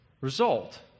result